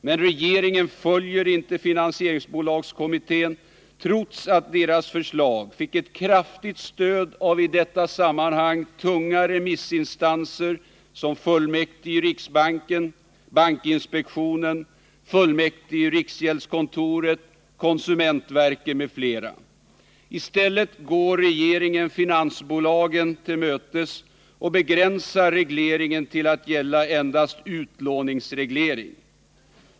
Men regeringen följer inte finansieringsbolagskommittén, trots att dess förslag fick ett kraftigt stöd av i detta sammanhang så tunga remissinstanser som fullmäktige i riksbanken, bankinspektionen, fullmäktige i riksgäldskontoret, konsumentverket m.fl. I stället går regeringen finansbolagen till mötes och begränsar regleringen till att gälla endast utlåningsreglering.